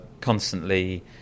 constantly